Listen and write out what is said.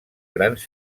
grans